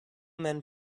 men